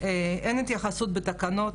אין התייחסות בתקנות.